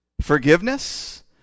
forgiveness